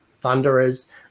thunderers